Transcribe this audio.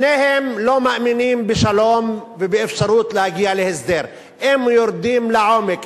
שניהם לא מאמינים בשלום ובאפשרות להגיע להסדר; הם יורדים לעומק,